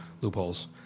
loopholes